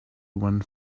one